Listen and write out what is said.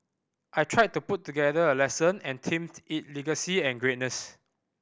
I tried to put together a lesson and themed it legacy and greatness